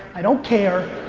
i don't care.